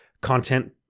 content